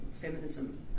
Feminism